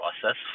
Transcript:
process